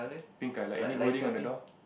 pink colour any wording on the door